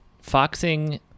foxing